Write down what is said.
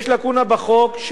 יש לקונה בחוק,